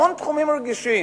המון תחומים רגישים.